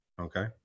Okay